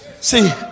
See